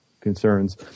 concerns